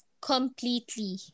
completely